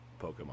Pokemon